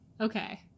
Okay